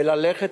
וללכת,